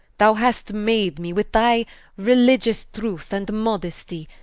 thou hast made mee with thy religious truth, and modestie,